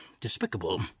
Despicable